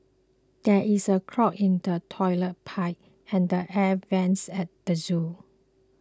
there is a clog in the Toilet Pipe and the Air Vents at the zoo